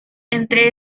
entre